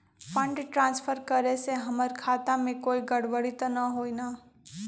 Fund transfer करे से हमर खाता में कोई गड़बड़ी त न होई न?